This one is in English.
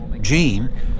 Gene